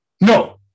No